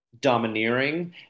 domineering